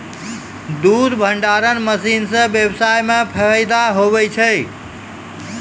दुध भंडारण मशीन से व्यबसाय मे फैदा हुवै छै